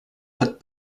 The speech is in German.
hat